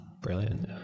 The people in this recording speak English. brilliant